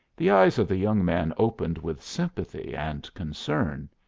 the eyes of the young man opened with sympathy and concern.